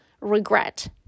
regret